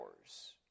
hours